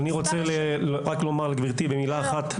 אני רוצה לענות במילה אחת.